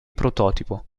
prototipo